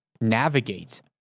navigate